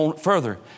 further